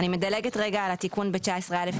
אני מדלגת רגע על התיקון ב-19א,